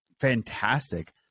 fantastic